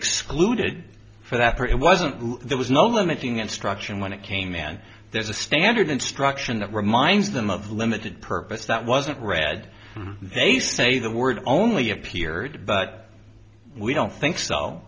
excluded for that but it wasn't there was no limiting instruction when it came then there's a standard instruction that reminds them of limited purpose that wasn't read they say the word only appeared but we don't think so